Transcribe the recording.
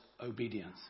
obedience